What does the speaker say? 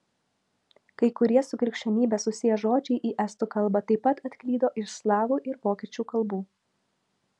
kai kurie su krikščionybe susiję žodžiai į estų kalbą taip pat atklydo iš slavų ir vokiečių kalbų